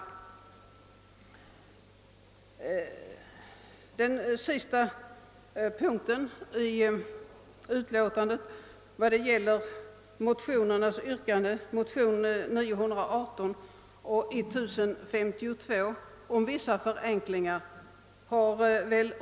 I det sista avsnittet av utskottets utlåtande behandlas yrkandena i motionsparet I: 918 och II: 1052 om vissa förenklingar i undersökningsförfarandet.